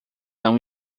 não